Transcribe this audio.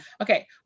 Okay